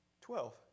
Twelve